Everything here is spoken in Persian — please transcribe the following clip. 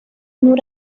نور